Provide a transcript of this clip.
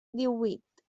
díhuit